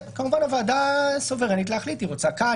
כמובן הוועדה סוברנית להחליט היא רוצה כאן,